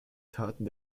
taten